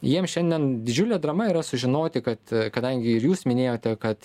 jiems šiandien didžiulė drama yra sužinoti kad kadangi ir jūs minėjote kad